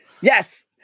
Yes